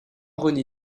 rené